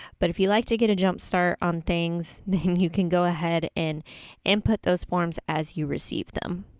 but if you'd like to get a jumpstart on things, then you can go ahead and input those forms as you receive them.